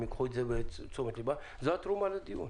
וזו התרומה של הדיון.